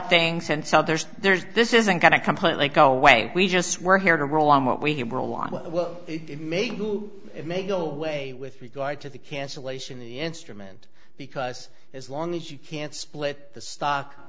things and so there's there's this isn't going to completely go away we just we're here to rule on what we can do it may go away with regard to the cancellation the instrument because as long as you can split the stock